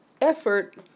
effort